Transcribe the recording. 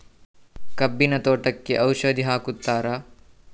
ಕಬ್ಬಿನ ತೋಟಕ್ಕೆ ಔಷಧಿ ಹಾಕುತ್ತಾರಾ?